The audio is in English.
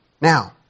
Now